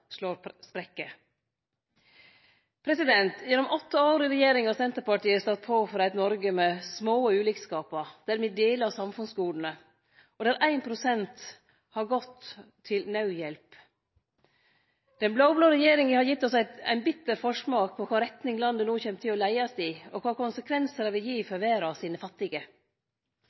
slår sprekkar. Gjennom åtte år i regjering har Senterpartiet stått på for eit Noreg med små ulikskapar, der me deler samfunnsgoda, og der 1 pst. har gått til naudhjelp. Den blå-blå regjeringa har gitt oss ein bitter forsmak på kva retning landet no kjem til å leiast i, og kva konsekvensar det vil gi for verdas fattige.